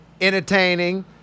entertaining